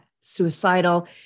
suicidal